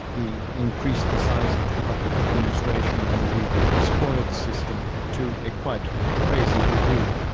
he increased the size of the public administration and the the spoils system to a quite crazy degree.